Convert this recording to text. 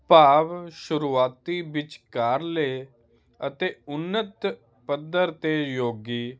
ਭਾਵ ਸ਼ੁਰੂਆਤੀ ਵਿਚਕਾਰਲੇ ਅਤੇ ਉੱਨਤ ਪੱਧਰ 'ਤੇ ਯੋਗੀ